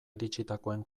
iritsitakoen